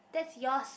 that's yours